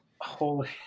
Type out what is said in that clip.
Holy